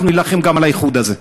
אנחנו נילחם גם על האיחוד הזה.